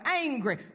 angry